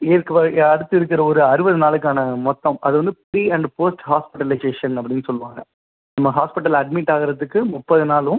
இருக்கிற அடுத்து இருக்கிற ஒரு அறுபது நாளுக்கான மொத்தம் அது வந்து ப்ரீ அண்ட் போஸ்ட் ஹாஸ்பிட்டலிசேஷன் அப்படினு சொல்லுவாங்க நம்ம ஹாஸ்பிட்டலில் அட்மிட் ஆகுறதுக்கு முப்பது நாளும்